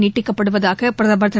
நீட்டிக்கப்படுவதாக பிரதமர் திரு